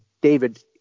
David